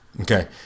okay